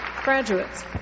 Graduates